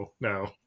no